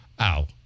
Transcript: ow